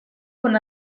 con